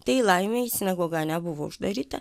tai laimei sinagoga nebuvo uždaryta